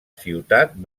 ciutat